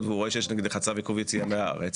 והוא רואה שיש נגדך צו עיכוב יציאה מהארץ,